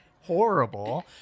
horrible